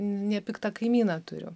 nepiktą kaimyną turiu